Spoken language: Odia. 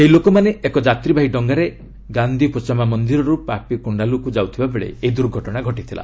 ସେହି ଲୋକମାନେ ଏକ ଯାତ୍ରୀବାହୀ ଡଙ୍ଗାରେ ଗାନ୍ଧି ପୋଚାମ୍ମା ମନ୍ଦିରରୁ ପାପିକୋଷ୍ଠାଲୁକୁ ଯାଉଥିବାବେଳେ ଏହି ଦୂର୍ଘଟଣା ଘଟିଥିଲା